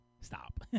Stop